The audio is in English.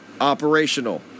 Operational